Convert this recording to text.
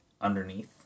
underneath